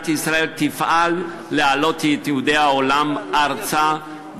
ישראל תפעל להעלות את יהודי העולם ארצה,